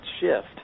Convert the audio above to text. shift